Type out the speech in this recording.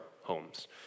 homes